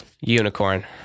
Unicorn